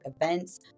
events